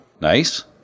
Nice